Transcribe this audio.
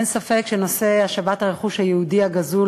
אין ספק שנושא השבת הרכוש היהודי הגזול